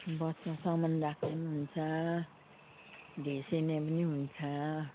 बसमा सामान राख्ने हुन्छ ढेस्सिने पनि हुन्छ